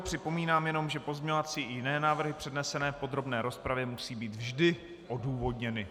Připomínám jenom, že pozměňovací i jiné návrhy přednesené v podrobné rozpravě musí být vždy odůvodněny.